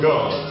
God